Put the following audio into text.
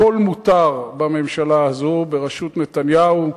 הכול מותר בממשלה הזאת, בראשות נתניהו,